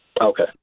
Okay